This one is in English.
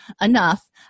enough